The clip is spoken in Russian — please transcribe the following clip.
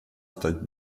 стать